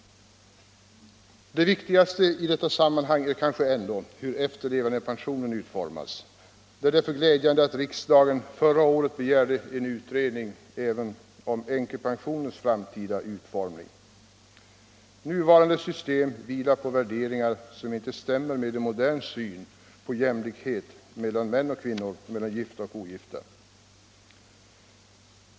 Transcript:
Det viktigaste i detta sammanhang är kanske ändå hur efterlevandepensionen utformas. Det är därför glädjande att riksdagen förra året begärde en utredning även av änkepensionens framtida utformning. Nuvarande system vilar på värderingar som inte stämmer med en modern syn på jämlikhet mellan män och kvinnor och mellan gifta och ogifta.